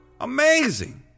Amazing